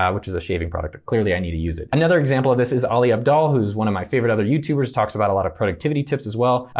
which is a shaving product clearly i need to use it. another example of this is ali abdaal who's one of my favorite other youtubers talks about a lot of productivity tips as well.